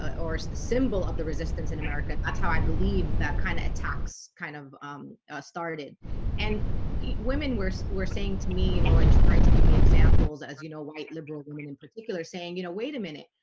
or the symbol of the resistance in america. that's how i believe that kind of attacks kind of started and women were were saying to me and i'll intricate to give me examples as you know, white liberal women in particular saying, you know wait a minute.